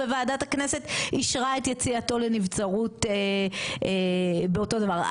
וועדת הכנסת אישרה את יציאתו לנבצרות באותו דבר.